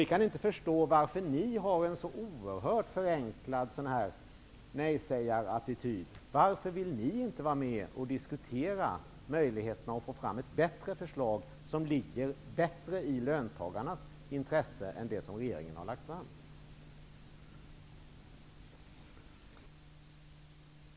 Vi kan inte förstå varför ni har en så oerhört förenklad nejsägarattityd. Varför vill ni inte vara med om att diskutera möjligheterna att få fram ett förslag som ligger mer i löntagarnas intresse än det som regeringen har lagt fram?